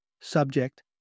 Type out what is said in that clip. Subject